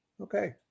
Okay